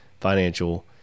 financial